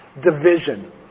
Division